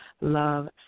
Love